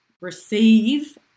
receive